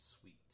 sweet